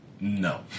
no